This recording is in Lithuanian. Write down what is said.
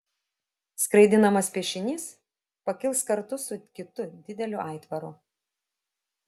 skraidinamas piešinys pakils kartu su kitu dideliu aitvaru